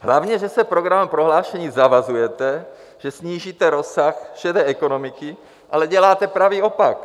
Hlavně že se v programovém prohlášení zavazujete, že snížíte rozsah šedé ekonomiky, ale děláte pravý opak.